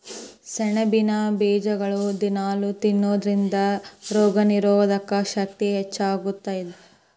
ಸೆಣಬಿನ ಬೇಜಗಳನ್ನ ದಿನಾಲೂ ತಿನ್ನೋದರಿಂದ ರೋಗನಿರೋಧಕ ಶಕ್ತಿ ಹೆಚ್ಚಗಿ ಆಗತ್ತದ